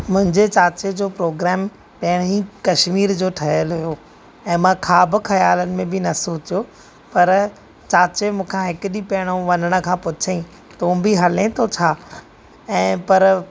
मुंहिंजे चाचे जो प्रोग्राम पंहिंरी कश्मीर जो ठहियलु हुयो ऐं मां ख्वाबु ख़यालनि में बि न सोचियो पर चाचे मूंखां हिकु डीं॒हुं पहिरियों वञण खां पुछईं तूं बि हले थो छा ऐं पर